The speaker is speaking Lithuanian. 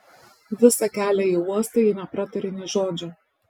visą kelią į uostą ji nepratarė nė žodžio